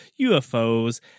UFOs